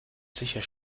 sicher